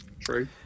True